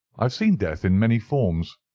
i have seen death in many forms,